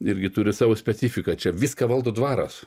irgi turi savo specifiką čia viską valdo dvaras